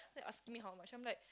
then asking me how much I'm like